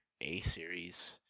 A-series